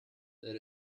that